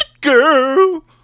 girl